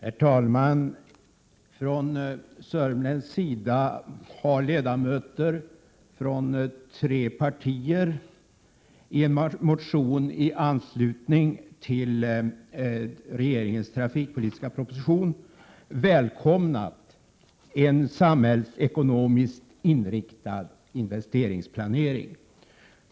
Herr talman! Från sörmländsk sida har ledamöter inom tre partier i en motion i anslutning till regeringens trafikpolitiska proposition välkomnat en samhällsekonomiskt inriktad investeringsplanering.